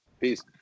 Peace